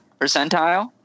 Percentile